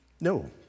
No